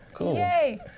Yay